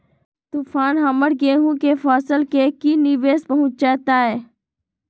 तूफान हमर गेंहू के फसल के की निवेस पहुचैताय?